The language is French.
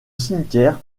cimetière